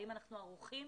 האם אנחנו ערוכים